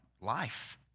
Life